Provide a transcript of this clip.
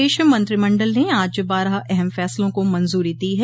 प्रदेश मंत्रिमंडल ने आज बारह अहम फैसलों को मंजूरी दी है